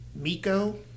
Miko